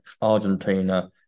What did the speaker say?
argentina